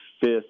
fifth